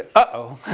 oh.